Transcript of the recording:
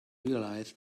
realize